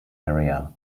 area